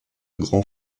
grands